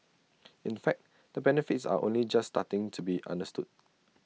in fact the benefits are only just starting to be understood